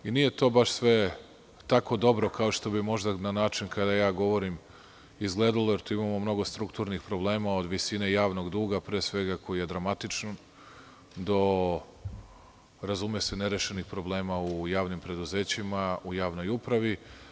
Nije to baš sve tako dobro kao što bi možda na način kada ja govorim izgledalo jer tu imamo mnogo strukturnih problema, od visine javnog duga, pre svega, koji je dramatičan, do nerešenih problema u javnim preduzećima, u javnoj upravi.